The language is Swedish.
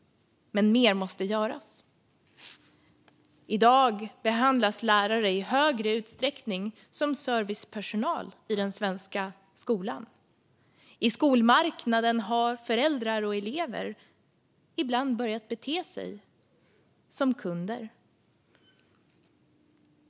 Men mer måste göras. I dag behandlas lärare i större utsträckning som servicepersonal i den svenska skolan. På skolmarknaden har föräldrar och elever ibland börjat bete sig som kunder.